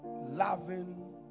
loving